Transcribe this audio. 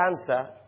answer